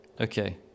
Okay